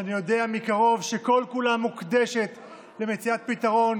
שאני יודע מקרוב שכל-כולה מוקדשת למציאת פתרון